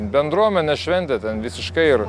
bendruomenės šventė ten visiškai ir